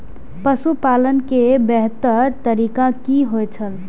पशुपालन के बेहतर तरीका की होय छल?